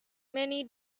many